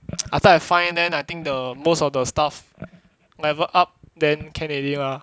after I find then I think the most of the stuff level up then can already lah